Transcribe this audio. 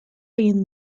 egin